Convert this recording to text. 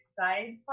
side